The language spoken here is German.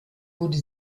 wurde